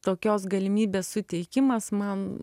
tokios galimybės suteikimas man